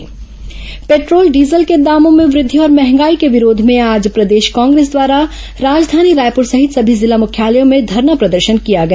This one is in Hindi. कांग्रेस प्रदर्शन पेट्रोल डीजल के दामों में वृद्धि और महंगाई के विरोध में आज प्रदेश कांग्रेस द्वारा राजधानी रायपुर सहित समी जिला मुख्यालयों में धरना प्रदर्शन किया गया